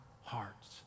hearts